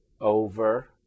over